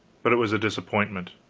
but it was a disappointment.